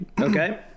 Okay